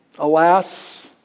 Alas